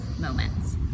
moments